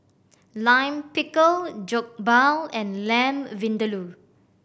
Lime Pickle Jokbal and Lamb Vindaloo